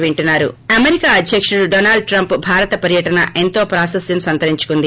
bake America అధ్యక్తుడు Donald Trump భారత పర్యటన ఎంతో ప్రాశస్త్యం సంతరించుకుంది